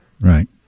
right